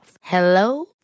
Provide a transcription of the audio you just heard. Hello